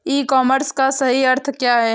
ई commerce का सही अर्थ क्या है?